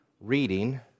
reading